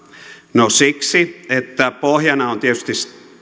no siksi että pohjana on tietysti